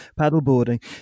paddleboarding